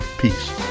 Peace